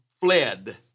fled